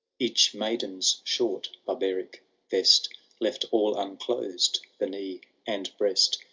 each maiden s short barbaric vest' left all unclosed the knee and breast,